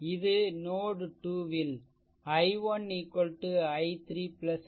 இது நோட் 2 ல் i1 i3 i4